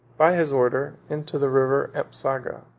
by his order, into the river ampsaga.